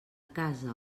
casa